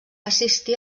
assistir